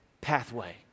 pathway